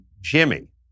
Jimmy